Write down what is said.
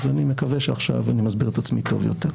אני מקווה שעכשיו אני מסביר את עצמי טוב יותר.